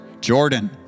Jordan